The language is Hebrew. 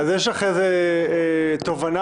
אני מצטרפת לגמרי להצעה של חבר הכנסת אלעזר שטרן,